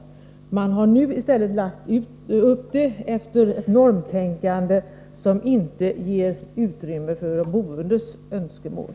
I stället har man lagt upp programmet med utgångspunkt i ett normtänkande som inte ger utrymme för de boendes önskemål.